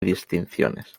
distinciones